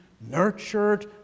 nurtured